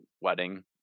wedding